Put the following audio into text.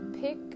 pick